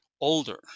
older